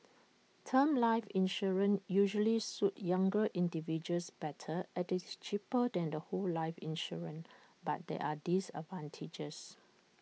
term life insurance usually suit younger individuals better as IT is cheaper than the whole life insurance but there are disadvantages